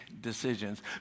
decisions